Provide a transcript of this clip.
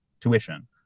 tuition